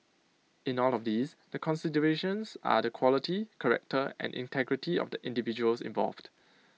in all of these the considerations are the quality character and integrity of the individuals involved